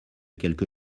quelque